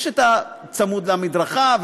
רוכבים צמוד למדרכה,